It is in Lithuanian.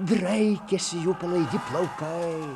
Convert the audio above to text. draikėsi jų palaidi plaukai